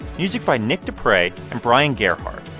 music by nick deprey and brian gerhart.